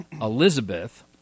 Elizabeth